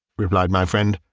replied my friend.